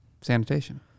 sanitation